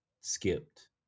skipped